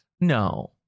No